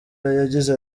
yagize